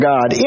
God